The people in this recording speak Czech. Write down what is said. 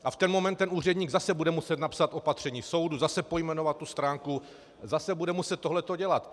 A v ten moment ten úředník zase bude muset napsat opatření soudu, zase pojmenovat tu stránku, zase bude muset tohleto dělat.